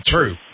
True